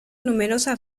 numerosas